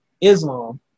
Islam